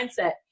mindset